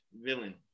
villain